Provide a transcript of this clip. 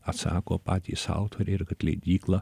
atsako patys autoriai ir kad leidykla